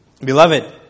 Beloved